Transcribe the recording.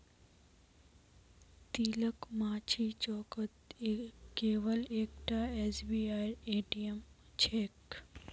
तिलकमाझी चौकत केवल एकता एसबीआईर ए.टी.एम छेक